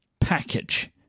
package